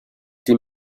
die